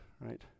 right